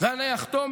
ואני אחתום,